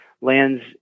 lands